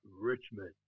Richmond